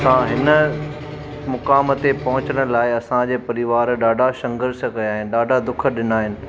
असां हिन मुकाम ते पोहचण लाइ असांजे परिवार ॾाढा सघंर्ष कया आहिनि ॾाढा डुख ॾिना आहिनि